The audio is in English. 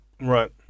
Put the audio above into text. Right